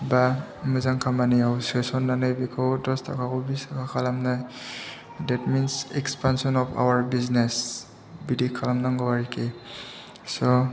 बा मोजां खामानियाव सोस'ननानै बेखौ दस थाखाखौ बिस थाखा खालामनानै that means expansion of our business बिदि खालामनांगौ आरोखि स'